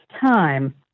time